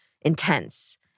intense